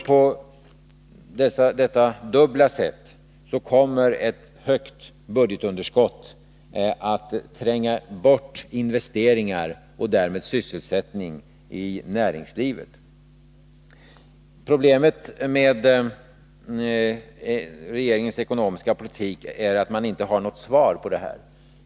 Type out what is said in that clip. På detta dubbla sätt kommer ett högt budgetunderskott att tränga bort investeringar och därmed sysselsättning i näringslivet. Problemet med regeringens ekonomiska politik är att man inte har något svar på detta.